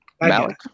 Malik